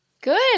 Good